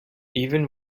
even